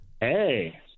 Hey